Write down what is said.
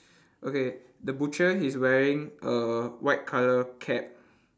okay the butcher he's wearing a white colour cap